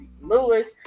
Lewis